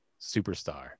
Superstar